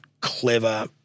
clever